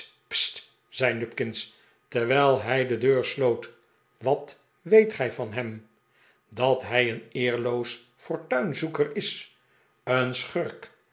terwijl hij de deur sloot wat weet gij van hem dat hij een eerloos fortuinzoeker is een schurk